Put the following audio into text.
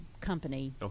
company